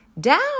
Down